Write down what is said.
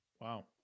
Wow